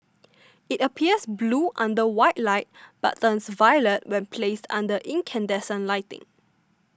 it appears blue under white light but turns violet when placed under incandescent lighting